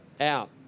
out